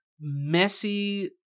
messy